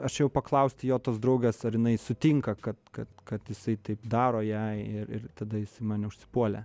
aš ėjau paklausti jo tos draugės ar jinai sutinka kad kad kad jisai taip daro jai ir ir tada jisai mane užsipuolė